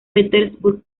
petersburg